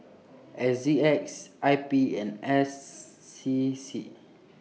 S G X I P and S C C